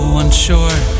unsure